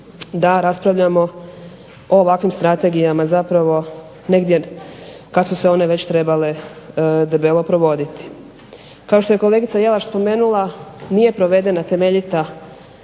da raspravljamo o ovim strategijama zapravo negdje kad su se one već trebale debelo provoditi. Kao što je kolegica Jelaš spomenula nije provedena temeljita